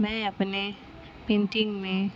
میں اپنے پینٹنگ میں